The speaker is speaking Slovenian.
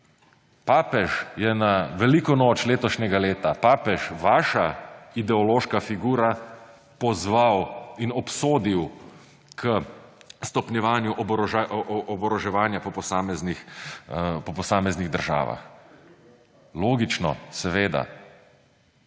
Papež je na veliko noč letošnjega leta, papež – vaša ideološka figura, pozval in obsodil stopnjevanje oboroževanja po posameznih državah. Logično, seveda.